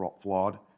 flawed